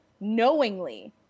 knowingly